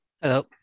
Hello